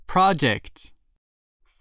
Project